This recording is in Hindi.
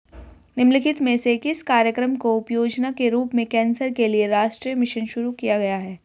निम्नलिखित में से किस कार्यक्रम को उपयोजना के रूप में कैंसर के लिए राष्ट्रीय मिशन शुरू किया गया है?